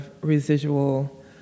residual